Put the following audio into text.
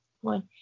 one